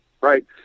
right